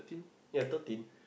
you have thirteen